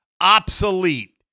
Obsolete